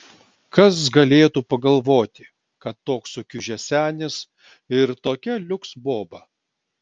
kas galėtų pagalvoti kad toks sukiužęs senis ir tokia liuks boba